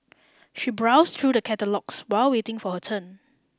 she browsed through the catalogues while waiting for her turn